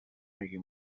مگه